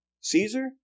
Caesar